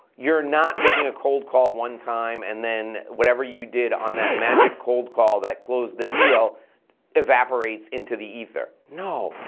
you're not making a cold call one time and then whatever you did on that magic cold call that closed the deal evaporates into the ether. no,